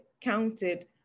counted